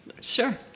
sure